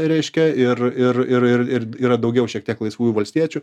reiškia ir ir ir ir yra daugiau šiek tiek laisvųjų valstiečių